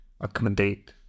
accommodate